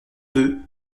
deux